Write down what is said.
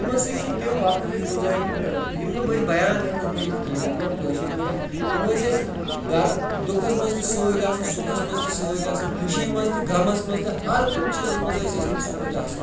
تِمَن سۭتۍ چھِ تِم وقت اَسہِ گُزٲرمٕتۍ نہ یِم نہٕ بہٕ أسۍ بیان ہٮ۪کو کٔرِتھ کینٛہہ مطلب کٲشِر پٲٹھۍ تِم ٲسۍ أسۍ دَر دُکھَس منٛز تہِ سۭتۍ آسان سُکھَس منٛز تہِ سۭتۍ آسان خوشی منٛز تہِ غمَس منٛز تہِ ہَر کُنہِ چیٖزَس منٛز ٲسۍ اَسہِ تِم سۭتۍ آسان